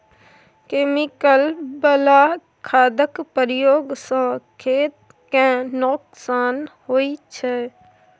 chemical बला खादक प्रयोग सँ खेत केँ नोकसान होइ छै